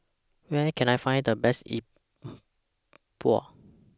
Where Can I Find The Best Yi Bua